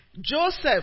Joseph